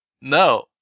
No